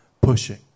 pushing